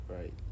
right